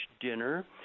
dinner